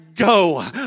go